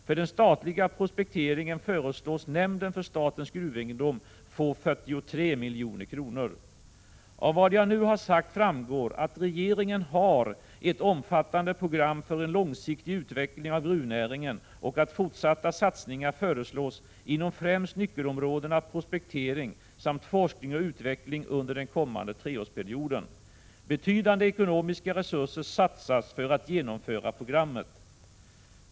För den statliga prospekteringen föreslås nämnden för statens gruvegendom få 43 milj.kr. Av vad jag nu sagt framgår att regeringen har ett omfattande program för en långsiktig utveckling av gruvnäringen och att fortsatta satsningar föreslås inom främst nyckelområdena prospektering samt forskning och utveckling under den kommande treårsperioden. Betydande ekonomiska resurser satsas för att genomföra programmet.